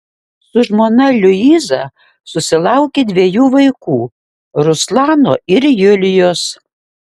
su žmona liuiza susilaukė dviejų vaikų ruslano ir julijos